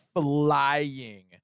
flying